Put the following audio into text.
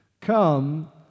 Come